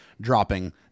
dropping